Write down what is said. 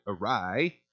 awry